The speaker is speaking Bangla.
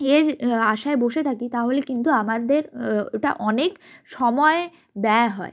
এর আশায় বসে থাকি তাহলে কিন্তু আমাদের ওটা অনেক সময় ব্যয় হয়